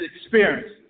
experience